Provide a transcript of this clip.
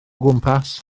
gwmpas